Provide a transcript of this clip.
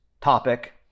topic